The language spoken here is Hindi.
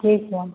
ठीक है